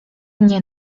mnie